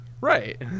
Right